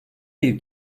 bir